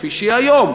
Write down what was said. כפי שהיא היום,